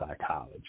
psychology